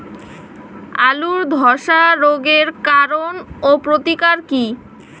আলুর ধসা রোগের কারণ ও প্রতিকার কি?